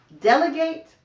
Delegate